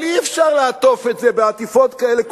אבל אי-אפשר לעטוף את זה בעטיפות כאלה,